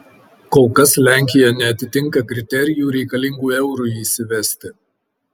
kol kas lenkija neatitinka kriterijų reikalingų eurui įsivesti